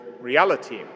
reality